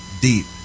deep